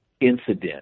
incident